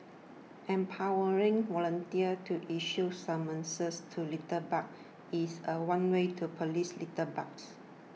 empowering volunteers to issue summonses to litterbugs is a one way to police litterbugs